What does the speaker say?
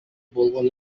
болгон